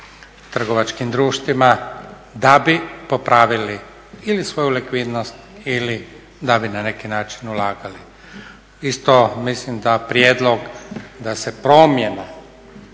trgovačkim društvima da bi popravili ili svoju likvidnost ili da bi na neki način ulagali. Isto mislim da prijedlog da se promjena